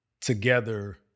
together